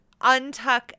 untuck